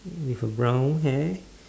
with a brown hair